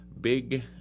big